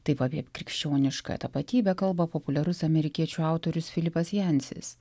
taip apie krikščionišką tapatybę kalba populiarus amerikiečių autorius filipas jansis